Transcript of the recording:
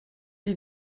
die